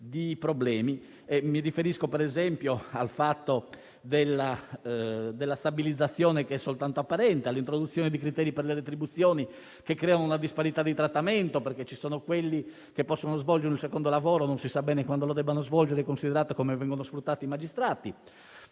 di problemi. Mi riferisco, per esempio, al fatto della stabilizzazione che è soltanto apparente, all'introduzione di criteri per le retribuzioni che creano una disparità di trattamento perché ci sono quelli che possono svolgere un secondo lavoro, anche se non si sa bene quando lo dovrebbero svolgere considerato come vengono sfruttati i magistrati.